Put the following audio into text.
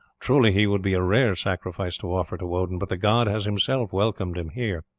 truly he would be a rare sacrifice to offer to odin but the god has himself welcomed him here.